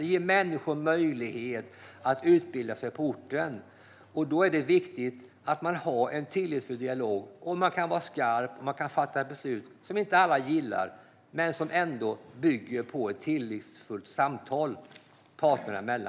Det ger människor möjlighet att utbilda sig på orten, och då är det viktigt att man har en tillitsfull dialog så att man kan vara skarp och fatta beslut som inte alla gillar men som ändå bygger på ett tillitsfullt samtal parterna emellan.